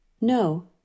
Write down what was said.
No